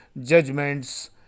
judgments